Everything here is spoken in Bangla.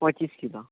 পঁচিশ কিলো